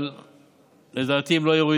אבל לדעתי הן לא יורידו.